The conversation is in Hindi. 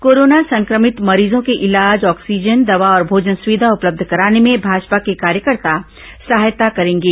कोरोना संक्रमित मरीजों के इलाज ऑक्सीजन दवा और भोजन सुविधा उपलब्ध कराने में भाजपा के कार्यकर्ता सहायता करेंगे